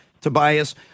tobias